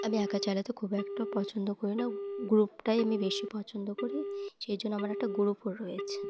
আমি একা চালাতে খুব একটা পছন্দ করি না গ্রুপটাই আমি বেশি পছন্দ করি সেই জন্য আমার একটা গ্রুপও রয়েছে